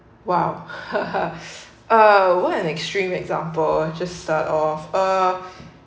!wow! uh what an extreme example just start off uh